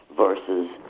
versus